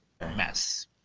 mess